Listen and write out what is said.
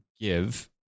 give